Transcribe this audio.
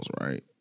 right